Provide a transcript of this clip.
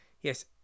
Yes